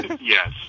Yes